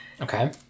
Okay